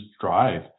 drive